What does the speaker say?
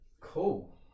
Cool